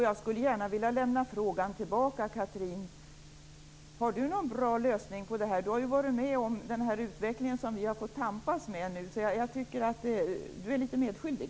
Jag vill gärna lämna frågan tillbaka till Chatrine Pålsson. Har hon någon bra lösning på det här? Hon har ju varit med om den utveckling vi har fått tampas med. Jag tycker att Chatrine Pålsson är litet medskyldig.